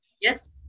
Yes